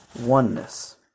oneness